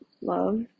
love